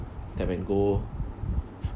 tap and go